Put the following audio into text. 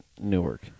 Newark